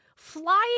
flying